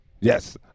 Yes